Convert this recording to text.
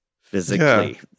physically